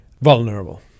vulnerable